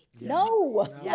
no